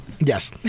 yes